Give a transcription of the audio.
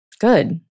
Good